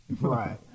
right